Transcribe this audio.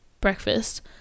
breakfast